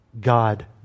God